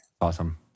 awesome